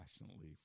passionately